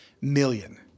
Million